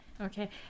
Okay